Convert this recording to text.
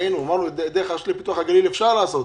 אמרנו שדרך הרשות לפיתוח הגליל אפשר לעשות.